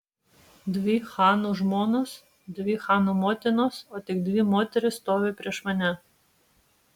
dvi chanų žmonos dvi chanų motinos o tik dvi moterys stovi prieš mane